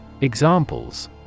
Examples